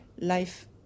Life